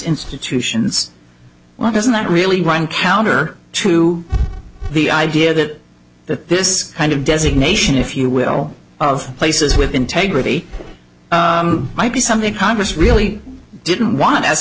institutions why doesn't that really run counter to the idea that that this kind of designation if you will of places with integrity might be something congress really didn't want as